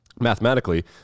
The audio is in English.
Mathematically